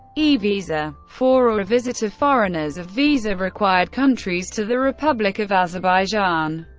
e-visa for a visit of foreigners of visa-required countries to the republic of azerbaijan.